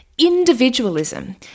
individualism